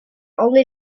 only